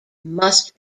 must